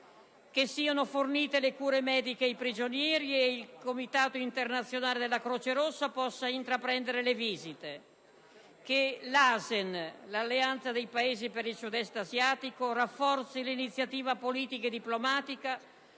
che siano fornite le cure mediche ai prigionieri e che il comitato internazionale della Croce rossa possa intraprendere le visite, che l'ASEAN, l'Associazione dei Paesi del Sud Est asiatico, rafforzi l'iniziativa politica e diplomatica